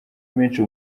menshi